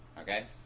Okay